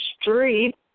street